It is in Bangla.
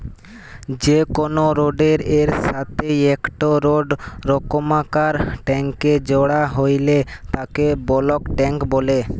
যে কোনো রোডের এর সাথেই একটো বড় রকমকার ট্যাংক জোড়া হইলে তাকে বালক ট্যাঁক বলে